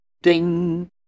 Ding